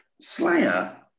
Slayer